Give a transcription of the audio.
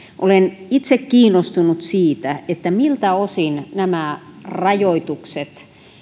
olen itse kiinnostunut siitä miltä osin nämä rajoitukset